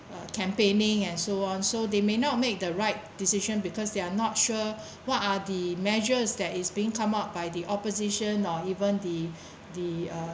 campaigning and so on so they may not make the right decision because they are not sure what are the measures that is being come up by the opposition or even the the uh